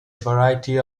variety